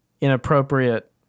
inappropriate